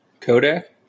Kodak